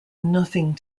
nothing